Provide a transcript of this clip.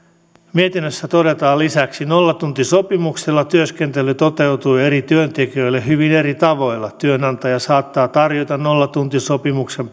mietinnössä todetaan lisäksi että nollatuntisopimuksella työskentely toteutuu eri työntekijöille hyvin eri tavoilla työnantaja saattaa tarjota nollatuntisopimuksen